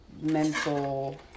mental